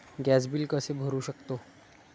Gas bill कसे भरू शकतो?